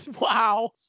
wow